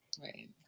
Right